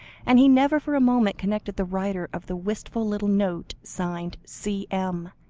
and he never for a moment connected the writer of the wistful little note signed c m,